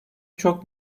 çok